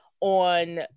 on